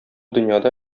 дөньяда